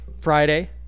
Friday